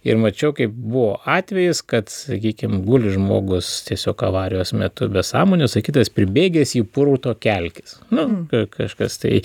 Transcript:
ir mačiau kaip buvo atvejis kad sakykim guli žmogus tiesiog avarijos metu be sąmonės o kitas pribėgęs jį purto kelkis na kažkas tai